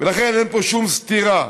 ולכן אין פה שום סתירה.